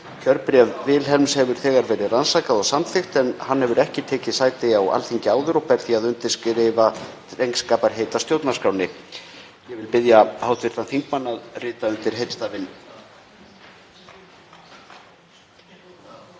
Kjörbréf Wilhelms hefur þegar verið rannsakað og samþykkt en hann hefur ekki tekið sæti á Alþingi áður og ber því að undirrita drengskaparheit að stjórnarskránni. Ég vil biðja hv. þingmann að rita undir heitstafinn.